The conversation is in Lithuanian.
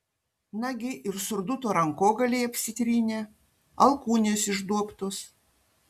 nagi ir surduto rankogaliai apsitrynę alkūnės išduobtos